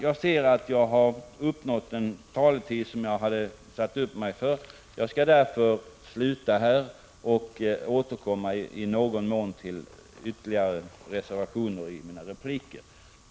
Den taletid som jag hade anmält mig för har nu gått, och jag skall därför i någon mån återkomma till ytterligare reservationer i mina repliker.